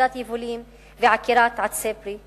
השמדת יבולים ועקירת עצי פרי.